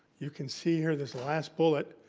you can see here this last bullet.